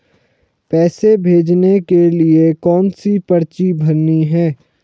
पैसे भेजने के लिए कौनसी पर्ची भरनी है?